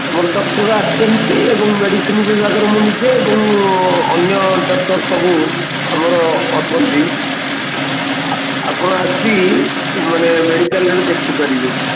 ଆମର ଡକ୍ତର ଆସିଛନ୍ତି ମେଡ଼ିସିନ୍ ବିଭାଗର ମୁଁ ନିଜେ ଏବଂ ଅନ୍ୟ ଡକ୍ଟର ସବୁ ଆମର ଅଛନ୍ତି ଆପଣ ଆସି ମାନେ ମେଡ଼ିକାଲ୍ରେ ଦେଖିପାରିବେ